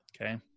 Okay